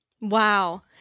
Wow